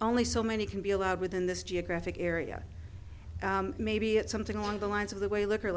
only so many can be allowed within this geographic area maybe it's something along the lines of the way liquor